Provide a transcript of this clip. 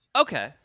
Okay